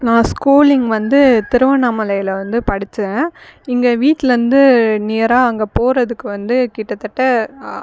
நான் ஸ்கூலிங் வந்து திருவண்ணாமலையில் வந்து படிச்சேன் இங்கே வீட்டுலருந்து நியரா அங்கே போகிறதுக்கு வந்து கிட்டத்தட்ட